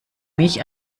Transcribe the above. mich